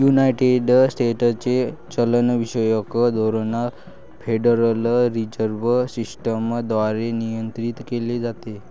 United स्टेट्सचे चलनविषयक धोरण फेडरल रिझर्व्ह सिस्टम द्वारे नियंत्रित केले जाते